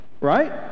right